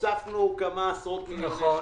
הוספנו כמה עשרות מיליוני שקלים.